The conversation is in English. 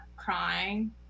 crying